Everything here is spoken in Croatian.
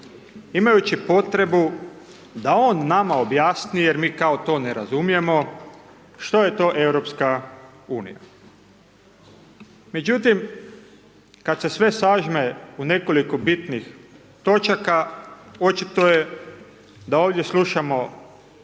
imajući potrebu da on nama objasni, jer mi kao to ne razumijemo što je to Europska unija. Međutim, kad se sve sažme u nekoliko bitnih točaka, očito je da ovdje slušamo